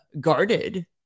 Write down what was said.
guarded